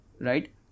right